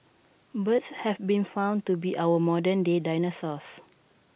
birds have been found to be our modern day dinosaurs